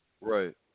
Right